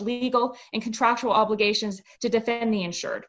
legal and contractual obligations to defend the insured